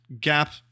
gap